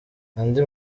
andi